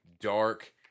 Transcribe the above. dark